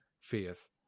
faith